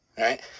Right